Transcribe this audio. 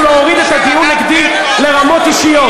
להוריד את הדיון נגדי לרמות אישיות.